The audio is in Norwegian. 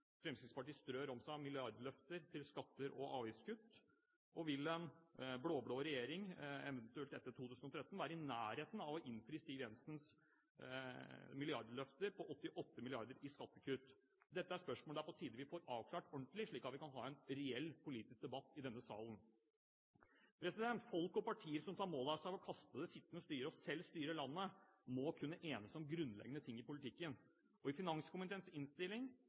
Fremskrittspartiet strør om seg med milliardløfter til skatter og avgiftskutt, og vil en blå-blå regjering eventuelt etter 2013 være i nærheten av å innfri Siv Jensens milliardløfter – på 88 mrd. kr i skattekutt? Dette er spørsmål det er på tide at vi får avklart ordentlig, slik at vi kan ha en reell politisk debatt i denne salen. Folk og partier som tar mål av seg å kaste det sittende styret, og selv styre landet, må kunne enes om grunnleggende ting i politikken. I finanskomiteens innstilling